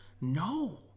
No